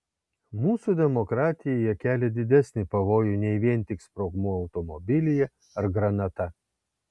mūsų demokratijai jie kelia didesnį pavojų nei vien tik sprogmuo automobilyje ar granata